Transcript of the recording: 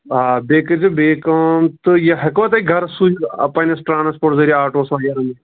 آ بیٚیہِ کٔرۍزیٚو بیٚیہِ کٲم تہٕ یہِ ہیٚکِوا تُہۍ گَرٕ سوٗزِتھ پَنہٕ نِس ٹرٛانَس پوٹ ذٔریعہِ آٹوٗوَس وَغیٚرَہ منٛز